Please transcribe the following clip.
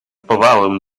powałę